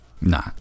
Nah